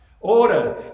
Order